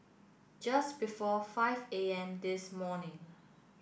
just before five A M this morning